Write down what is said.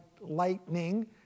lightning